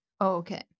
Okay